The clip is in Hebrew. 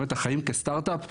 החיים כסטארט-אפ,